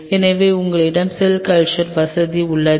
எனவே உங்களிடம் cell culture வசதி உள்ளது